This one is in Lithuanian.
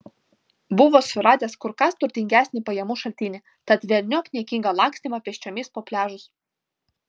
buvo suradęs kur kas turtingesnį pajamų šaltinį tad velniop niekingą lakstymą pėsčiomis po pliažus